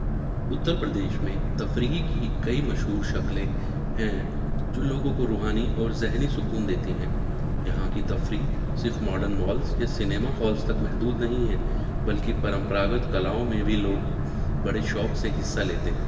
اتر پردیش میں تفریحی کی کئی مشہور شکلیں ہیں جو لوگوں کو روحانی اور ذہنی سکون دیتی ہیں یہہاں کی تفریح صرف ماڈرن مالس یا سنیما ہالس تک محدود نہیں ہیں بلکہ پرمپراگت کلاؤں میں بھی لوگ بڑے شوق سے حصہ لیتے ہیں